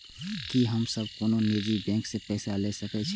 की हम सब कोनो निजी बैंक से पैसा ले सके छी?